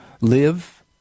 live